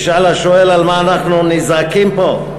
ישאל השואל על מה אנחנו נזעקים פה,